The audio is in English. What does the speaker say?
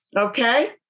okay